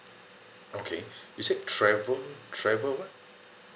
okay you said travel travel [what]